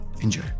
Enjoy